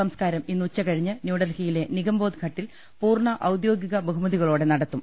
സംസ്കാരം ഇന്ന് ഉച്ചകഴിഞ്ഞ് ന്യൂഡൽഹിയിലെ നിഗംബോധ്ഘട്ടിൽ പൂർണ്ണ ഔദ്യോഗിക ബഹുമതികളോടെ നടത്തും